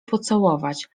pocałować